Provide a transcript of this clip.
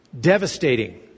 Devastating